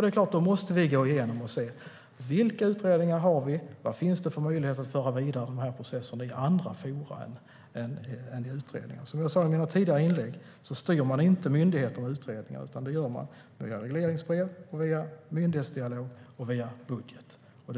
Det är klart att vi då måste gå igenom detta, se vilka utredningar vi har och vad det finns för möjlighet att föra vidare processer i andra former än utredningar. Som jag sa i mina tidigare inlägg styr man inte myndigheter med utredningar, utan med regleringsbrev, myndighetsdialog och budget. Vad